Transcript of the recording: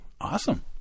Awesome